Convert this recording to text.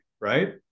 right